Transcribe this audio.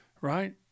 right